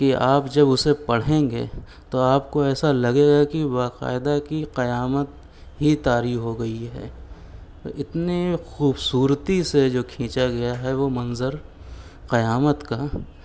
کہ آپ جب اسے پڑھیں گے تو آپ کو ایسا لگے گا کہ باقاعدہ کہ قیامت ہی طاری ہو گئی ہے اتنے خوبصورتی سے جو کھینچا گیا ہے وہ منظر قیامت کا